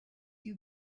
you